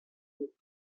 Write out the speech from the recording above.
buit